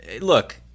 Look